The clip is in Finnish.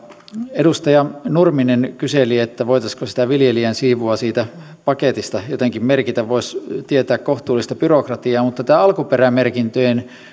edustaja nurminen kyseli voitaisiinko sitä viljelijän siivua siitä paketista jotenkin merkitä voisi tietää kohtuullista byrokratiaa mutta tämä alkuperämerkintöjen